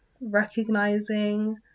recognizing